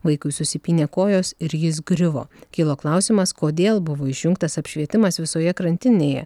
vaikui susipynė kojos ir jis griuvo kilo klausimas kodėl buvo išjungtas apšvietimas visoje krantinėje